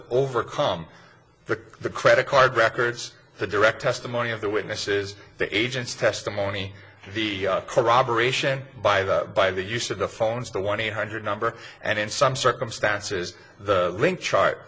to overcome the the credit card records the direct testimony of the witnesses the agents testimony the corroboration by the by the use of the phones the one eight hundred number and in some circumstances the link chart